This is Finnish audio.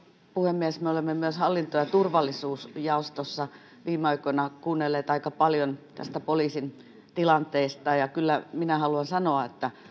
puhemies me olemme myös hallinto ja turvallisuusjaostossa viime aikoina kuunnelleet aika paljon tästä poliisin tilanteesta ja kyllä minä haluan sanoa että